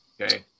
Okay